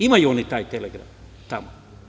Imaju oni taj telegram tamo.